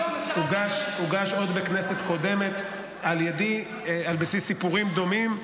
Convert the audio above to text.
------- הוגש עוד בכנסת קודמת על ידי על בסיס סיפורים דומים,